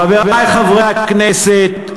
חברי חברי הכנסת,